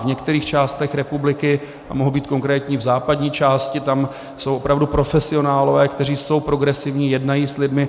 V některých částech republiky, a mohu být konkrétní, v západní části, tam jsou opravdu profesionálové, kteří jsou progresivní, jednají s lidmi.